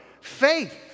faith